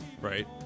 right